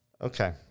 Okay